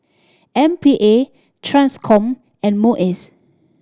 M P A Transcom and MUIS